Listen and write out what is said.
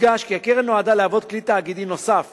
יודגש כי הקרן נועדה להוות כלי תאגידי נוסף